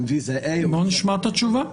נשמע את התשובה.